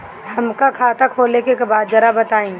हमका खाता खोले के बा जरा बताई?